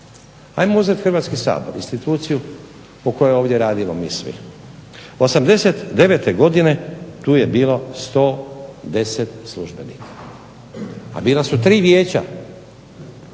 Ajmo uzeti Hrvatski sabor instituciju u kojoj radimo mi svi. 89. godine tu je bilo 110 službenika, a bila su tri Vijeća,